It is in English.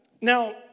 now